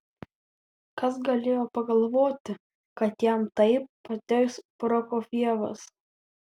kas galėjo pagalvoti kad jam taip patiks prokofjevas